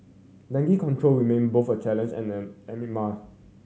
dengue control remain both a challenge and an enigma